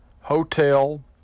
hotel